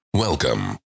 Welcome